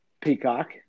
Peacock